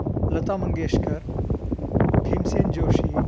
Lata Mangeshkar भीम्सेन् Joshi